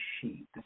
sheep